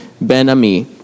Ben-Ami